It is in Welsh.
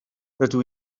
rydw